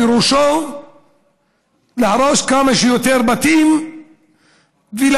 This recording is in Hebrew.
פירושו להרוס כמה שיותר בתים ולעקור